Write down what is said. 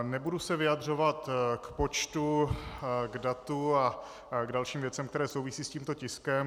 Nebudu se vyjadřovat k počtu, k datu a k dalším věcem, které souvisí s tímto tiskem.